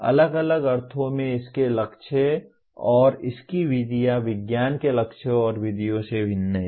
अलग अलग अर्थों में इसके लक्ष्य और इसकी विधियाँ विज्ञान के लक्ष्यों और विधियों से भिन्न हैं